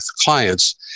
clients